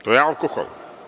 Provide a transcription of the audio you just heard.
To je alkohol.